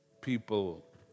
people